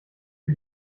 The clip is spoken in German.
für